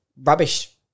rubbish